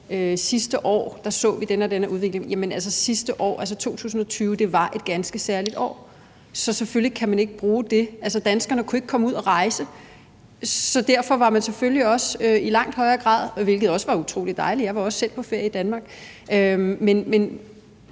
sidste år så vi den og den udvikling – jamen sidste år, altså 2020, var et ganske særligt år, så selvfølgelig kan man ikke bruge det som eksempel. Danskerne kunne ikke komme ud at rejse, så derfor var man selvfølgelig også i langt højere grad på ferie i Danmark – hvilket også var utrolig dejligt, og jeg var også selv på ferie i Danmark.